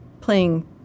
playing